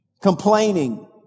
Complaining